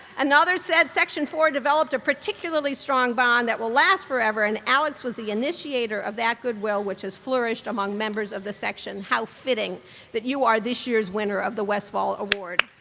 another said, section four developed a particularly strong bond that will last forever and alex was the initiator of that goodwill, which has flourished among members of the section. how fitting that you are this year's winner of the westfall award.